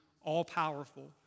all-powerful